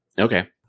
Okay